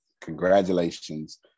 Congratulations